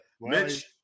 Mitch –